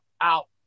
out